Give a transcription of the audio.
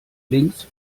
links